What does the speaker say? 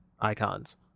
icons